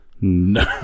No